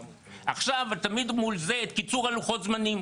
עכשיו, תעמיד מול זה את קיצור לוחות הזמנים.